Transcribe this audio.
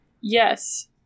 Yes